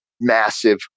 massive